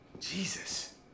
Jesus